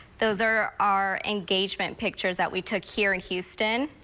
those are our engagement pictures that we took here in houston.